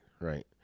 right